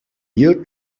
your